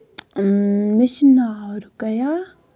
مےٚ چھُ ناو رُکیا